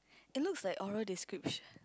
it looks like oral description